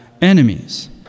enemies